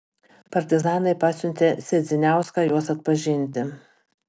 partizanai pasiuntė sedziniauską juos atpažinti